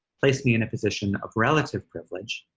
placed me in a position of relative privilege,